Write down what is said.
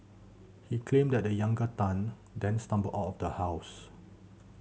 he claimed that the younger Tan then stumbled out of the house